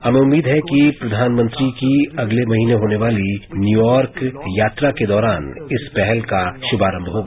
हमें उम्मीद है कि प्रधानमंत्री की अगले महीने होने वाली न्यूयॉर्क यात्रा के दौरान इस पहल का सुभारंभ होगा